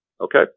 Okay